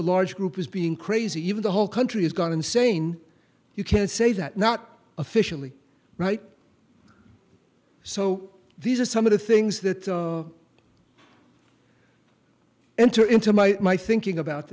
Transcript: a large group as being crazy even the whole country has gone insane you can say that not officially right so these are some of the things that enter into my my thinking about